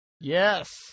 Yes